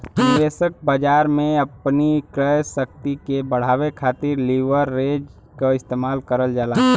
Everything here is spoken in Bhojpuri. निवेशक बाजार में अपनी क्रय शक्ति के बढ़ावे खातिर लीवरेज क इस्तेमाल करल जाला